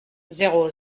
zéro